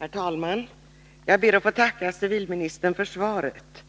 Herr talman! Jag ber att få tacka civilministern för svaret.